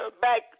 back